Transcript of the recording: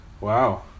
Wow